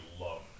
love